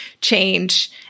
change